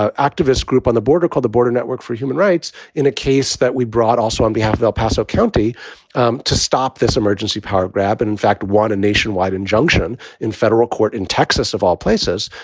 ah activist group on the border called the border network for human rights in a case that we brought also on behalf of el paso county um to stop this emergency power grab and in fact, want a nationwide injunction in federal court in texas, of all places,